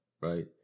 right